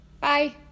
Bye